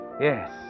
Yes